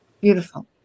Beautiful